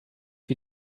wie